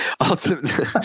Ultimately